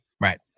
right